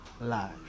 life